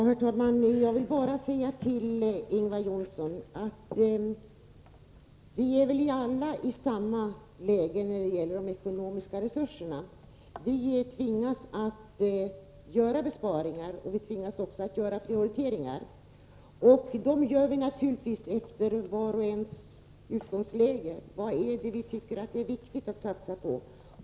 Herr talman! Jag vill bara säga till Ingvar Johnsson att vi ju alla befinner oss i samma läge när det gäller de ekonomiska resurserna. Vi tvingas att göra besparingar och prioriteringar. Detta gör vi naturligtvis efter vars och ens utgångsläge, med hänsyn till vad vi anser är viktigt att satsa på.